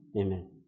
Amen